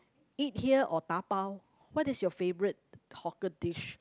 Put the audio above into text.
eat here or dabao what is your favourite hawker dish